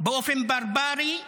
באופן ברברי.